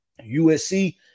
USC